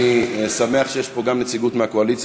אני שמח שיש פה נציגות גם מהקואליציה,